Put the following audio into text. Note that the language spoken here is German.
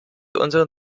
unseren